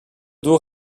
d’eau